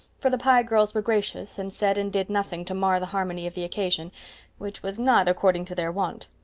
for the pye girls were gracious, and said and did nothing to mar the harmony of the occasion which was not according to their wont.